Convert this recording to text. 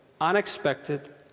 unexpected